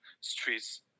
streets